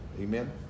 amen